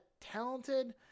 talented